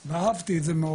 ואהבתי את זה מאוד.